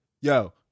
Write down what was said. yo